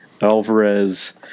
Alvarez